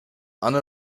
anne